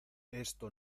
esto